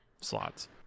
slots